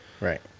right